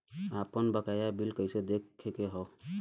आपन बकाया बिल कइसे देखे के हौ?